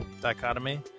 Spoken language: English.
dichotomy